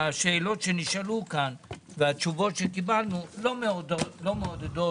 השאלות שנשאלו כאן והתשובות שקיבלנו לא מעודדות